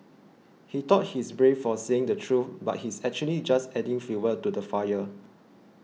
he thought he's brave for saying the truth but he's actually just adding fuel to the fire